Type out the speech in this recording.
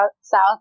south